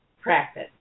practice